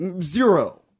Zero